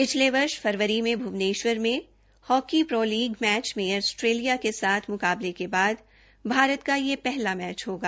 पिछले वर्ष फरवरी में भूवनेष्वर में हॉकी प्रो लीग मैच में ऑस्ट्रेलिया के मुकाबले के बाद भारत का यह पहला मैच होगा